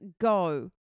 go